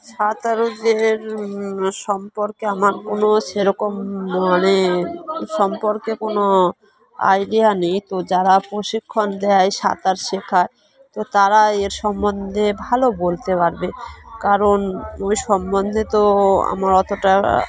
সাঁতারুদের সম্পর্কে আমার কোনো সেরকম মানে সম্পর্কে কোনো আইডিয়া নেই তো যারা প্রশিক্ষণ দেয় সাঁতার শেখায় তো তারা এর সম্বন্ধে ভালো বলতে পারবে কারণ ওই সম্বন্ধে তো আমার অতটা